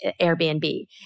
Airbnb